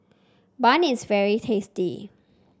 bun is very tasty